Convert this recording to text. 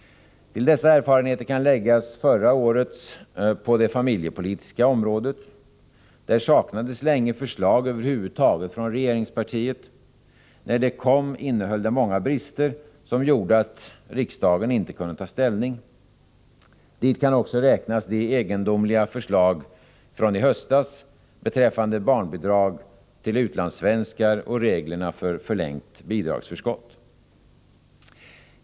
Till dessa erfarenheter kan läggas förra årets på det familjepolitiska området. Det saknades länge förslag över huvud taget från regeringspartiet. När det kom innehöll det många brister, som gjorde att riksdagen inte kunde ta ställning. Dit kan också räknas de egendomliga förslagen från i höstas beträffande barnbidrag till utlandssvenskar och reglerna för förlängt bidragsförskott.